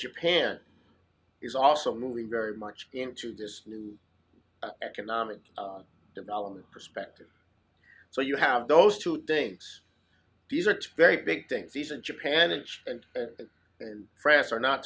japan is also moving very much into this new economic development perspective so you have those two things these are very big things these and japan and and france are not